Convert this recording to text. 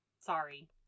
Sorry